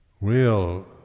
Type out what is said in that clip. real